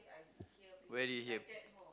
where did you hear